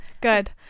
good